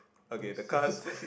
okay the card